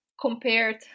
compared